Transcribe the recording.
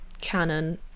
canon